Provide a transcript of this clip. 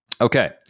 Okay